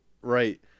Right